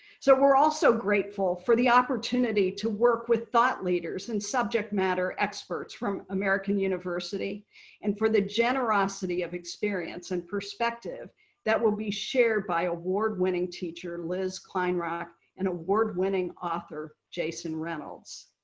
so we're also grateful for the opportunity to work with thought leaders and subject matter experts from american university and for the generosity of experience and perspective that will be shared by award-winning teacher liz kleinrock and award-winning author jason reynolds.